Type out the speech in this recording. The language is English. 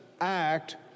act